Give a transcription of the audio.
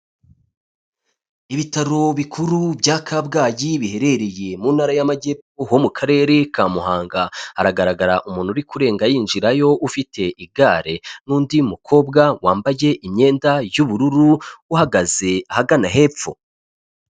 Ibitaro bikuru bya Kabgayi biherereye mu ntara y'Amajyepfo ho mu karere ka Muhanga, hagaragara umuntu uri kurenga yinjirayo ufite igare n'undi mukobwa wambaye imyenda y'ubururu, uhagaze ahagana hepfo.